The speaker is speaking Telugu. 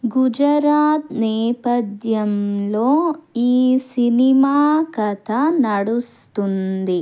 గుజరాత్ నేపథ్యంలో ఈ సినిమా కథ నడుస్తుంది